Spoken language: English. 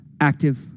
active